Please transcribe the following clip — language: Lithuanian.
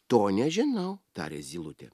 to nežinau tarė zylutė